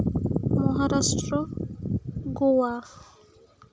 Maharashtra Goa